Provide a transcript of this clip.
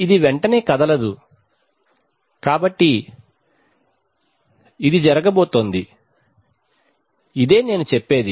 ఇది వెంటనే కదలదు కాబట్టి ఇది జరగబోతోంది ఇదే నేను చెప్పేది